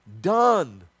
Done